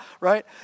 right